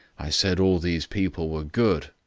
i said all these people were good,